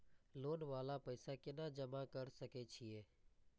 Loan वाला पैसा केना जमा कर सके छीये?